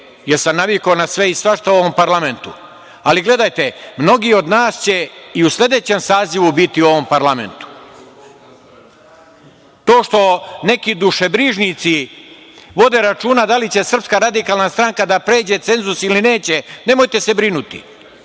jer sam navikao na sve i svašta u ovom parlamentu. Ali, gledajte, mnogi od nas će i u sledećem sazivu biti u ovom parlamentu. To što neki dušebrižnici vode računa da li će SRS da pređe cenzus ili neće, nemojte se brinuti.